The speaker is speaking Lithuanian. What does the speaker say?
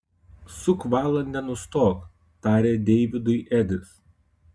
suk valą nenustok tarė deividui edis